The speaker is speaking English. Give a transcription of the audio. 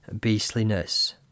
beastliness